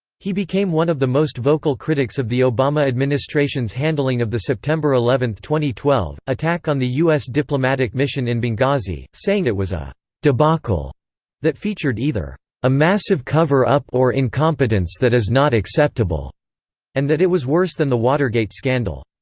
he became one of the most vocal critics of the obama administration's handling of the september eleven, two thousand and twelve, attack on the u s. diplomatic mission in benghazi, saying it was a debacle that featured either a massive cover-up or incompetence that is not acceptable and that it was worse than the watergate scandal.